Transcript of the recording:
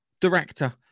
director